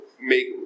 make